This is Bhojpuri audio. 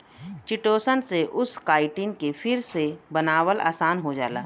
चिटोसन से उस काइटिन के फिर से बनावल आसान हो जाला